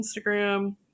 instagram